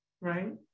right